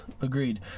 Agreed